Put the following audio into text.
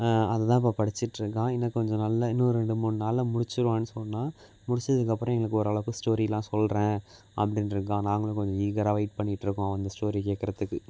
அது தான் இப்போ படிச்சிகிட்ருக்கான் இன்னும் கொஞ்சம் நாள்ல இன்னும் ரெண்டு மூணு நாள்ல முடிச்சிருவான்னு சொன்னான் முடிச்சதுக்கப்பறம் எங்களுக்கு ஓரளவுக்கு ஸ்டோரிலாம் சொல்கிறேன் அப்படின்ருக்கான் நாங்களும் கொஞ்சம் ஈகராக வெயிட் பண்ணிகிட்ருக்கோம் அந்த ஸ்டோரி கேட்கறத்துக்கு